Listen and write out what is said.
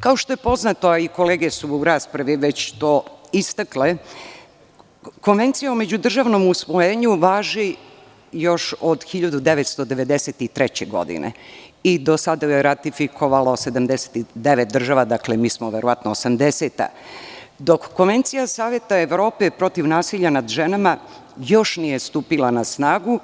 Kao što je poznato, a i kolege su u raspravi već to istakle, Konvencija o međudržavnom usvojenju važi još od 1993. godine i do sada je ratifikovalo 79 država, dakle, mi smo verovatno 80-a, dok Konvencija Saveta Evrope protiv nasilja nad ženama još nije stupila na snagu